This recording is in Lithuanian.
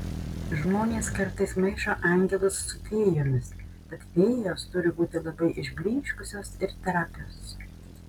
žmonės kartais maišo angelus su fėjomis tad fėjos turi būti labai išblyškusios ir trapios